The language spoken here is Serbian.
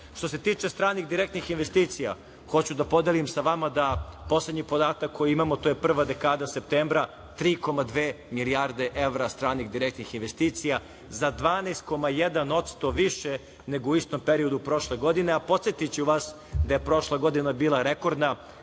se tiče stranih direktnih investicija, hoću da podelim sa vama poslednji podatak koji imamo, to je prva dekada septembra, 3,2 milijarde evra stranih direktnih investicija, za 12,1% više nego u istom periodu prošle godine, a podsetiću vas da je prošla godina bila rekordna,